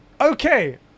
okay